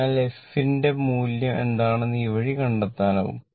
അതിനാൽ f ന്റെ മൂല്യം എന്താണെന്ന് ഈ വഴി കണ്ടെത്താനാകും